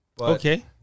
Okay